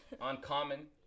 uncommon